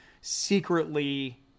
secretly